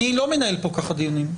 אני לא מנהל פה ככה דיונים.